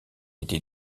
été